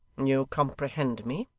you comprehend me